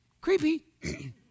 creepy